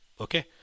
Okay